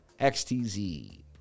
XTZ